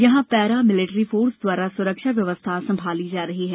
यहां paramilitary force द्वारा सुरक्षा व्यवस्था सम्भाली जा रही है